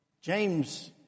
James